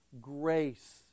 grace